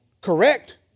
correct